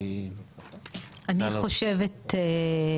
אני חושבת,